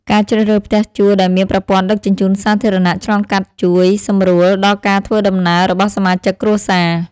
ការជ្រើសរើសផ្ទះជួលដែលមានប្រព័ន្ធដឹកជញ្ជូនសាធារណៈឆ្លងកាត់ជួយសម្រួលដល់ការធ្វើដំណើររបស់សមាជិកគ្រួសារ។